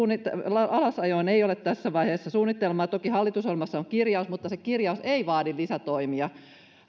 alasajoon ei ole tässä vaiheessa suunnitelmaa toki hallitusohjelmassa on kirjaus mutta se kirjaus ei vaadi lisätoimia